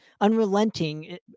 unrelenting